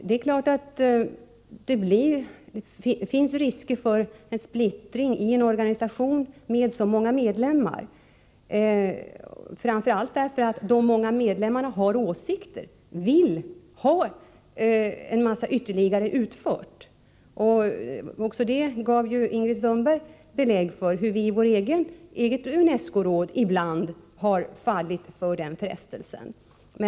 Det är klart att det finns risker för en splittring i en organisation med så många medlemmar, framför allt därför att de många medlemmarna har åsikter och vill ha en mängd saker utförda. Ingrid Sundberg gav också belägg för hur vi i vårt eget UNESCO-råd ibland har fallit för den frestelsen.